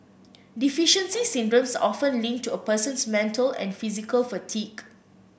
deficiency syndromes are often linked to a person's mental and physical fatigue